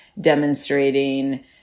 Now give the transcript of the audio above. demonstrating